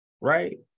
right